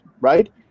right